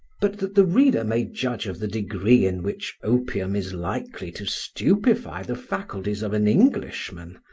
but that the reader may judge of the degree in which opium is likely to stupefy the faculties of an englishman,